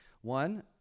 One